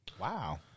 Wow